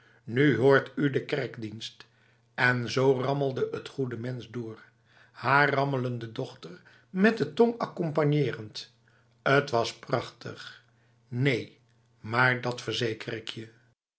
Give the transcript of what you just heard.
nu hoort u de kerkdienst en zo rammelde het goede mens door haar rammelende dochter met de tong accompagnerend t was prachtig neen maar dat verzeker ik jef